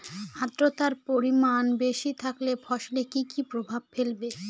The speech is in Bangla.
আদ্রর্তার পরিমান বেশি থাকলে ফসলে কি কি প্রভাব ফেলবে?